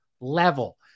level